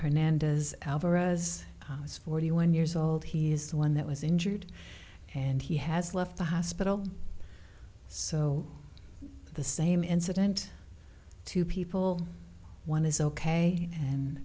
hernandez alvarez is forty one years old he is the one that was injured and he has left the hospital so the same incident two people one is ok and